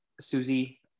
Susie